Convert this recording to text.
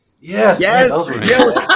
Yes